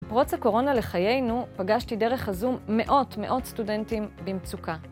בפרוץ הקורונה לחיינו פגשתי דרך הזום מאות מאות סטודנטים במצוקה.